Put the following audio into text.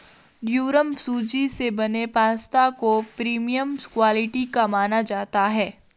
durum सूजी से बने पास्ता को प्रीमियम क्वालिटी का माना जाता है